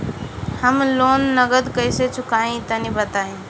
हम लोन नगद कइसे चूकाई तनि बताईं?